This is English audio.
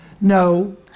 No